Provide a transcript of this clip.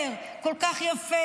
מה עשית בבודפשט?